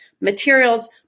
materials